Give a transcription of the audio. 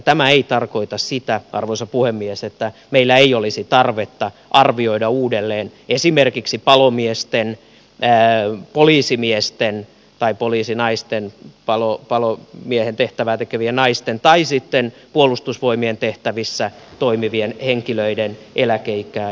tämä ei tarkoita sitä arvoisa puhemies että meillä ei olisi tarvetta arvioida uudelleen esimerkiksi palomiesten poliisimiesten tai poliisinaisten palomiehen tehtävää tekevien naisten tai sitten puolustusvoimien tehtävissä toimivien henkilöiden eläkeikää